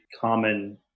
common